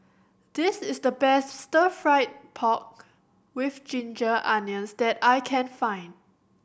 this is the best Stir Fry pork with ginger onions that I can find